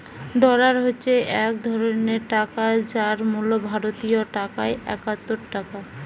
dollar হচ্ছে এক ধরণের টাকা যার মূল্য ভারতীয় টাকায় একাত্তর টাকা